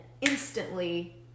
instantly